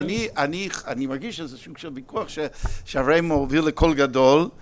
אני... אני... אני מרגיש שזה סוג של ויכוח שהרי מוביל לקול גדול